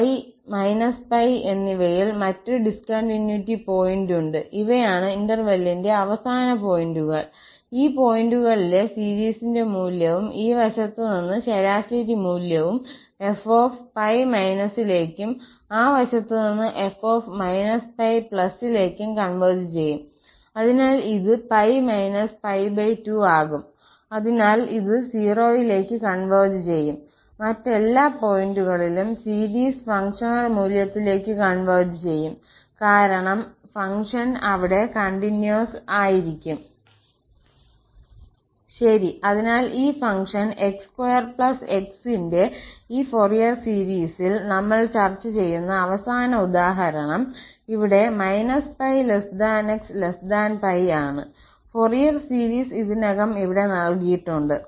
𝜋 π എന്നിവയിൽ മറ്റൊരു discontinuity point ഉണ്ട് ഇവയാണ് ഇന്റെർവെല്ലിന്റെ അവസാന പോയിന്റുകൾ ഈ പോയിന്റുകളിലെ സീരീസിന്റെ മൂല്യവും ഈ വശത്ത് നിന്ന് ശരാശരി മൂല്യം 𝑓 𝜋− ലേക്കും ആ വശത്ത് നിന്ന് 𝑓 −𝜋 ലേക്കും കൺവെർജ് ചെയ്യും അതിനാൽ ഇത് π π2 ആകും അതിനാൽ ഇത് 0 ലേക്ക് കൺവെർജ് ചെയ്യും മറ്റെല്ലാ പോയിന്റുകളിലും സീരീസ് ഫംഗ്ഷണൽ മൂല്യത്തിലേക്ക് കൺവെർജ് ചെയ്യും കാരണം ഫംഗ്ഷൻ അവിടെ കണ്ടിന്യൂസ് ആയിരിക്കും ശരി അതിനാൽ ഈ ഫംഗ്ഷൻ x2x ന്റെ ഈ ഫൊറിയർ സീരീസിൽ നമ്മൾ ചർച്ച ചെയ്യുന്ന അവസാന ഉദാഹരണം ഇവിടെ −𝜋𝑥𝜋 ആണ് ഫൊറിയർ സീരീസ് ഇതിനകം ഇവിടെ നൽകിയിട്ടുണ്ട്